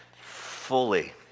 Fully